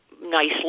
nicely